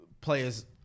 players